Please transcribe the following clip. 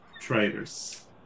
traders